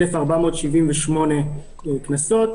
1,478 קנסות.